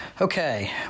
Okay